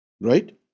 right